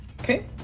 Okay